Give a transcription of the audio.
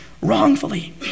wrongfully